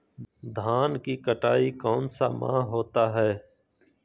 धान की कटाई कौन सा माह होता है?